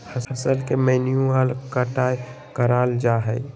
फसल के मैन्युअल कटाय कराल जा हइ